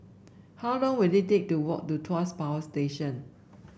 how long will it take to walk to Tuas Power Station